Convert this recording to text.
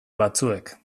batzuek